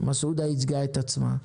מסעודה ייצגה את עצמה,